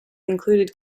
included